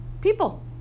People